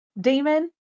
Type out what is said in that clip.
demon